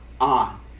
on